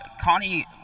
Connie